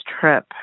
trip